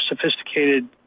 sophisticated